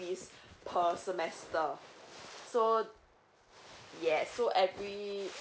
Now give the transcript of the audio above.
fees per semester so yes so every